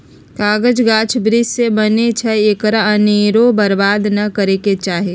कागज गाछ वृक्ष से बनै छइ एकरा अनेरो बर्बाद नऽ करे के चाहि